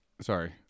Sorry